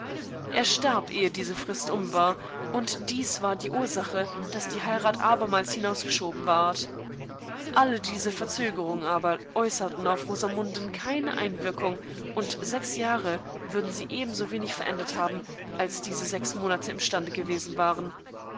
er starb ehe diese frist um war und dies war die ursache daß die heirat abermals hinausgeschoben ward alle diese verzögerungen aber äußerten auf rosamunden keine einwirkung und sechs jahre würden sie ebensowenig verändert haben als diese sechs monate im stande gewesen waren